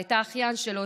את האחיין שלו,